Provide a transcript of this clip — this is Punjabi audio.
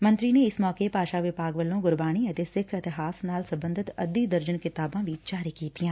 ਮੰਤਰੀ ਨੇ ਇਸ ਮੌਕੇ ਭਾਸ਼ ਵਿਭਾਗ ਵੱਲੋ ਗੁਰਬਾਣੀ ਅਤੇ ਸਿੱਖ ਇਡਿਹਾਸ ਨਾਲ ਸਬੰਧਤ ਕਿਤਾਬਾਂ ਵੀ ਜਾਰੀ ਕੀਤੀਆਂ